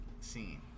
scene